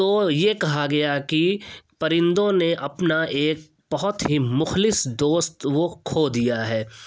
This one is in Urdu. تو یہ کہا گیا کہ پرندوں نے اپنا ایک بہت ہی مخلص دوست وہ کھو دیا ہے